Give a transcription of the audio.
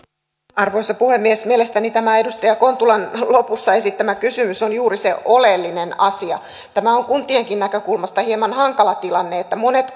arvoisa puhemies mielestäni tämä edustaja kontulan lopussa esittämä kysymys on juuri se oleellinen asia tämä on kuntienkin näkökulmasta hieman hankala tilanne monet